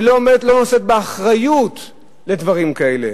שלא נושאת באחריות לדברים כאלה,